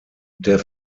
der